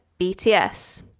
BTS